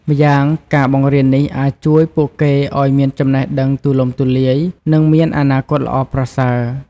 ម្យ៉ាងការបង្រៀននេះអាចជួយពួកគេឱ្យមានចំណេះដឹងទូលំទូលាយ និងមានអនាគតល្អប្រសើរ។